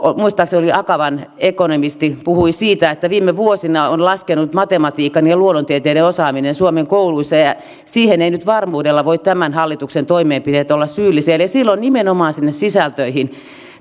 muistaakseni akavan ekonomisti puhui siitä että viime vuosina on laskenut matematiikan ja luonnontieteiden osaaminen suomen kouluissa ja ja siihen eivät nyt varmuudella voi tämän hallituksen toimenpiteet olla syyllisiä ja silloin nimenomaan sinne sisältöihin